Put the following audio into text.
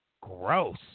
gross